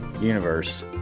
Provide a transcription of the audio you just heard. universe